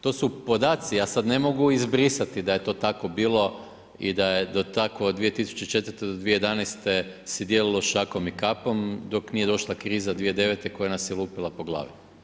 To su podaci, ja sad ne mogu izbrisati da je to tako bilo i da je to tako od 2004. do 2011. se dijelilo šakom i kapom, dok nije došla kriza 2009. koja nas je lupila po glavi.